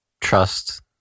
trust